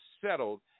settled